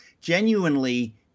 genuinely